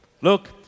Look